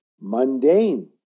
mundane